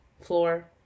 floor